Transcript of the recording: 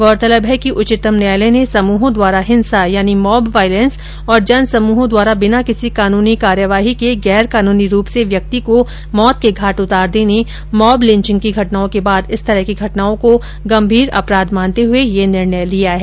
गौरतलब है कि उच्चतम न्यायालय ने समूहों द्वारा हिंसा मॉब वॉइलेन्स और जनसमूहों द्वारा बिना किसी कानूनी कार्यवाही के गैर कानूनी रूप से व्यक्ति को मौत के घाट उतार देने मॉब लिंचिंग की घटनाओं के बाद इस तरह की घटनाओं को गंम्भीर अपराध मानते हुए यह निर्णय लिया है